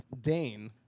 Dane